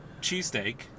cheesesteak